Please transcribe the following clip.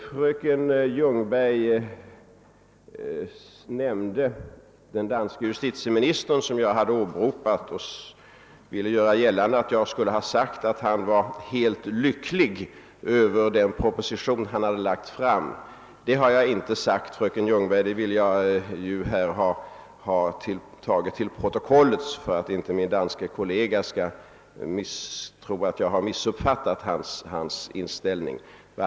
Fröken Ljungberg nämnde det uttalande av den danske justitieministern som jag hade åberopat och ville göra gällande att jag skulle ha sagt att han var helt lycklig över den proposition han lagt fram. Detta har jag inte sagt, fröken Ljungberg, och detta vill jag ha intaget i protokollet för att inte min danske kollega skall tro att jag missuppfattat hans inställning.